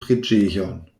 preĝejon